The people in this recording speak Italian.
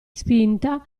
spinta